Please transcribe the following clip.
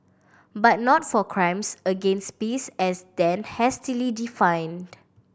but not for crimes against peace as then hastily defined